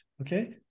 Okay